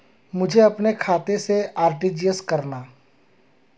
मुझे अपने खाते से आर.टी.जी.एस करना?